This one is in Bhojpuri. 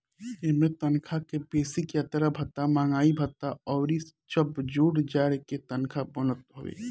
इमें तनखा के बेसिक, यात्रा भत्ता, महंगाई भत्ता अउरी जब जोड़ जाड़ के तनखा बनत हवे